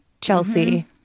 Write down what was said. Chelsea